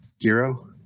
Giro